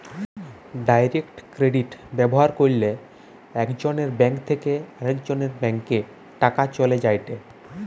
direct credit ব্যবহার কইরলে একজনের ব্যাঙ্ক থেকে আরেকজনের ব্যাংকে টাকা চলে যায়েটে